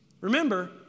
Remember